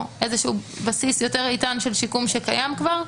איזשהו בסיס יותר איתן של שיקום שקיים כבר,